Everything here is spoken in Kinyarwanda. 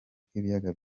k’ibiyaga